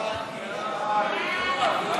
סעיפים 1